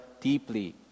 deeply